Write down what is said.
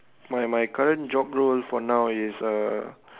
my my current job role for now is uh